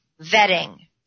vetting